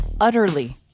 utterly